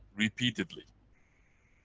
repeatedly.